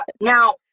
now